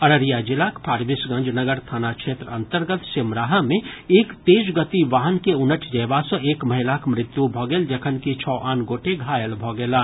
अररिया जिलाक फारबिसगंज नगर थाना क्षेत्र अंतर्गत सिमराहा मे एक तेज गति वाहन के उनटि जयबा सँ एक महिलाक मृत्यु भऽ गेल जखनकि छओ आन गोटे घायल भऽ गेलाह